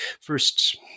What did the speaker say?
first